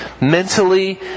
mentally